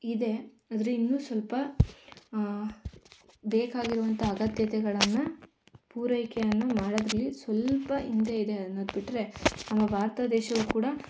ಇದೆ ಆದ್ರೆ ಇನ್ನೂ ಸ್ವಲ್ಪ ಬೇಕಾಗಿರುವಂತ ಅಗತ್ಯತೆಗಳನ್ನ ಪೂರೈಕೆಯನ್ನ ಮಾಡೋದರಲ್ಲಿ ಸ್ವಲ್ಪ ಹಿಂದೆ ಇದೆ ಅನ್ನೋದ್ಬಿಟ್ರೆ ನಮ್ಮ ಭಾರತ ದೇಶವು ಕೂಡ